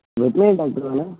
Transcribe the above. veterinary doctor தானே